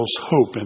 hope